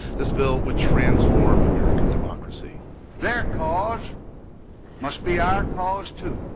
this bill would transform american democracy their cause must be our cause, too,